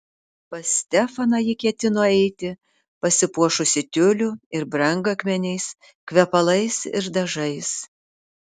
pas stefaną ji ketino eiti pasipuošusi tiuliu ir brangakmeniais kvepalais ir dažais